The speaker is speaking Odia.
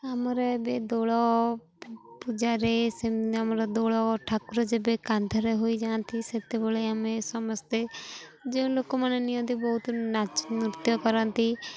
ଆମର ଏବେ ଦୋଳ ପୂଜାରେ ସେ ଆମର ଦୋଳ ଠାକୁର ଯେବେ କାନ୍ଧରେ ହୋଇଯାଆନ୍ତି ସେତେବେଳେ ଆମେ ସମସ୍ତେ ଯେଉଁ ଲୋକମାନେ ନିଅନ୍ତି ବହୁତ ନାଚ ନୃତ୍ୟ କରନ୍ତି